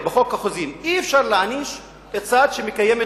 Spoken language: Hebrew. --- תני לאשקלונים לקדם את